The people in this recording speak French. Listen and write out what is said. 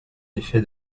effet